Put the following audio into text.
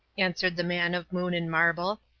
answered the man of moon and marble.